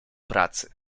pracy